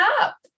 up